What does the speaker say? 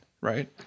Right